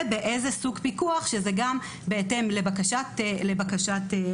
ובאיזה סוג פיקוח שזה בהתאם לבקשת הורים.